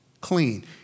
clean